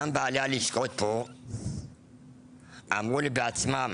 גם בעלי הלשכות פה אמרו לי בעצמם